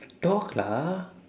talk lah